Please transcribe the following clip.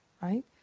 right